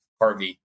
Harvey